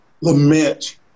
lament